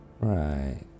Right